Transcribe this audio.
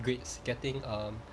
grades getting um